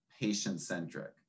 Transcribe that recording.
patient-centric